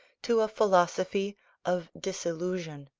to a philosophy of disillusion.